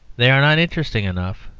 they are not interesting enough.